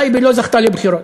טייבה לא זכתה לבחירות.